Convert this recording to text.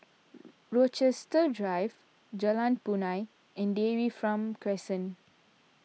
Rochester Drive Jalan Punai and Dairy from Crescent